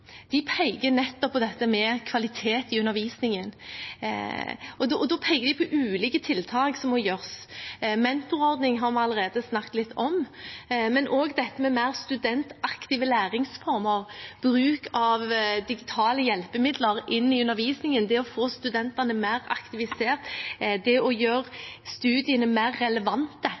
peker på dette med kvalitet i undervisningen. De peker på ulike tiltak som må gjøres: Mentorordning har vi allerede snakket litt om, men også dette med mer studentaktive læringsformer, bruk av digitale hjelpemidler i undervisningen, det å få studentene mer aktivisert, det å gjøre studiene mer relevante,